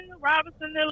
Robinson